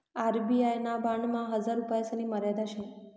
RBI ना बॉन्डमा हजार रुपयासनी मर्यादा शे